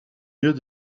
mieux